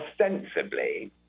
ostensibly